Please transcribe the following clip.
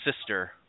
sister